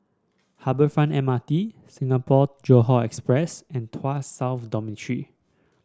Harbour Front M R T Singapore Johore Express and Tuas South Dormitory